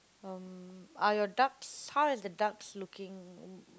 um are your ducks how is the ducks looking